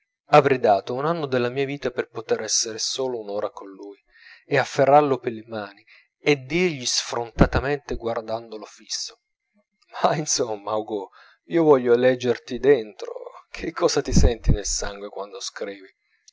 avrei dato un anno della mia vita per poter esser solo un'ora con lui e afferrarlo per le mani e dirgli sfrontatamente guardandolo fisso ma insomma hugo io voglio leggerti dentro che cosa ti senti nel sangue quando scrivi